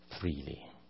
freely